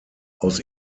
aus